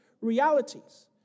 realities